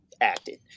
acted